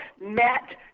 Matt